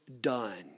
done